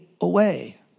away